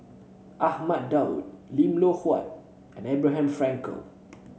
Ahmad Daud Lim Loh Huat and Abraham Frankel